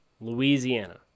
Louisiana